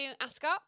Ascot